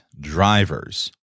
drivers